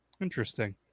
Interesting